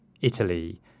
Italy